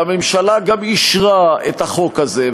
והממשלה גם אישרה את החוק הזה,